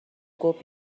گفت